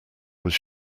was